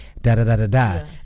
da-da-da-da-da